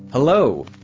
Hello